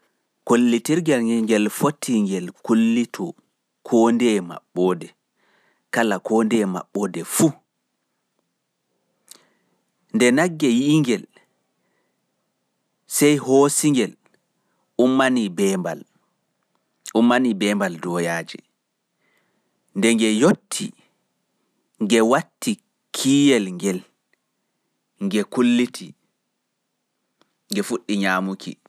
Makulliyel ngel heƴi maɓɓita ko ndeye omboode. Nde nagge yiingel sai hoosi ngel ummani beembal kappe, nde nge yotti bo nge waati ki nge kulliti.